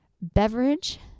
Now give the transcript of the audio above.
beverage